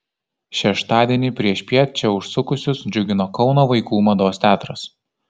šeštadienį priešpiet čia užsukusius džiugino kauno vaikų mados teatras